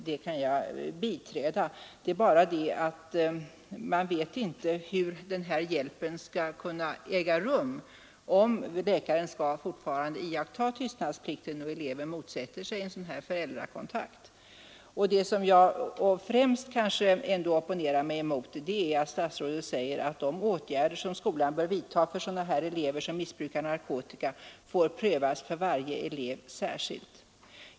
Det är bara det, att man inte vet hur den hjälpen skall kunna ges, om läkaren skall fortsätta att iaktta tystnadsplikt och eleven motsätter sig en föräldrakontakt. Men det jag kanske främst opponerar mig emot är att statsrådet säger att vilka åtgärder som skolan bör vidta för elever som missbrukar narkotika får prövas för varje elev särskilt.